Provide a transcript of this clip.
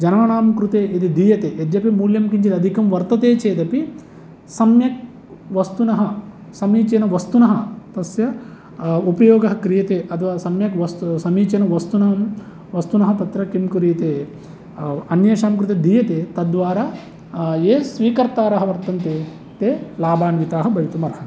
जनानां कृते यदि दीयते यद्यपि मूल्यं किञ्चित् अधिकं वर्तते चेदपि सम्यक् वस्तुनः समीचीनवस्तुनः तस्य उपयोगः क्रियते अथवा सम्यक् वस्तु समीचीनवस्तुनं वस्तुनः तत्र किं कुर्यते अन्येषां कृते दीयते तद्द्वारा ये स्वीकर्तारः वर्तन्ते ते लाभान्विताः भवितुम् अर्हन्ति